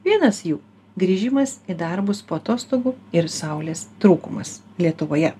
vienas jų grįžimas į darbus po atostogų ir saulės trūkumas lietuvoje